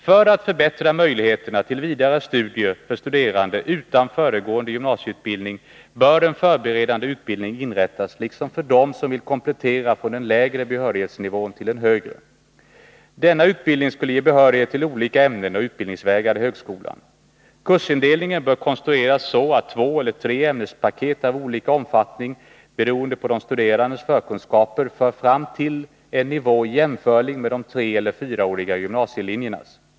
För att förbättra möjligheterna till vidare studier för studerande utan föregående gymnasieutbildning bör en förberedande utbildning inrättas, liksom för dem som vill komplettera från den lägre behörighetsnivån till den högre. Denna utbildning skulle ge behörighet till olika ämnen och utbildningsvägar i högskolan. Kursindelningen bör konstrueras så, att två eller tre ämnespaket av olika omfattning beroende på de studerandes förkunskaper för fram dem till en nivå jämförlig med de treeller fyraåriga gymnasielinjernas.